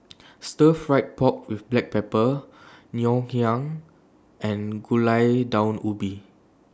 Stir Fried Pork with Black Pepper Ngoh Hiang and Gulai Daun Ubi